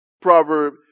proverb